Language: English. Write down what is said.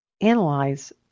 Analyze